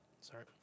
Sorry